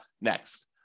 next